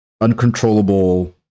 uncontrollable